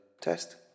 test